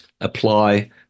apply